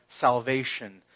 salvation